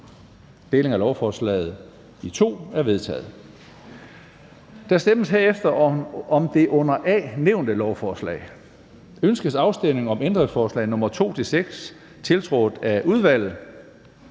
i to lovforslag er vedtaget. Der stemmes herefter om det under A nævnte lovforslag: Ønskes afstemning om ændringsforslag nr. 2-6, tiltrådt af udvalget?